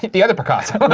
the other picasso.